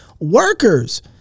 workers